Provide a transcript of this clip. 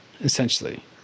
essentially